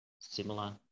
similar